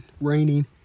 raining